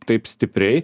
taip stipriai